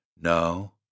No